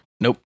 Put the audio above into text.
Nope